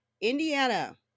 Indiana